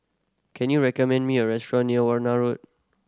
can you recommend me a restaurant near Warna Road